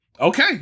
okay